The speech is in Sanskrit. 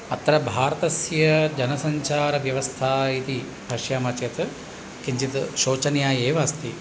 अत्र भारतस्य जनसञ्चारव्यवस्था इति पश्यामः चेत् किञ्चित् शोचनीया एव अस्ति